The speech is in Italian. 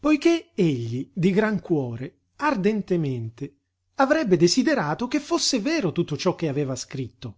poiché egli di gran cuore ardentemente avrebbe desiderato che fosse vero tutto ciò che aveva scritto